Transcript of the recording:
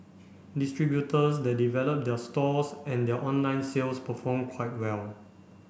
distributors that develop their stores and their online sales perform quite well